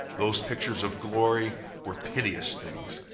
those pictures of glory were piteous things.